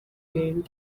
bintu